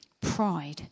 pride